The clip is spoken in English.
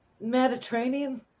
Mediterranean